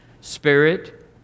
spirit